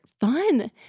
fun